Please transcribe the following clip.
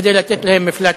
כדי לתת להם מפלט,